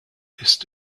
ist